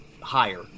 higher